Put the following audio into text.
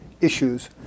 issues